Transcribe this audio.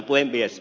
arvoisa puhemies